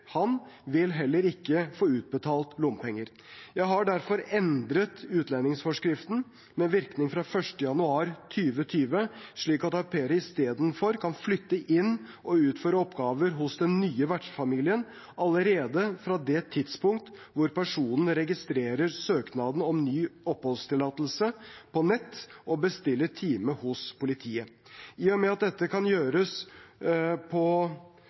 han vil heller ikke få utbetalt lommepenger. Jeg har derfor endret utlendingsforskriften med virkning fra 1. januar 2020, slik at au pairer istedenfor kan flytte inn og utføre oppgaver hos den nye vertsfamilien allerede fra det tidspunktet når personen registrerer søknaden om ny oppholdstillatelse på nett og bestiller time hos politiet. I og med at dette kan gjøres på